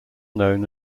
known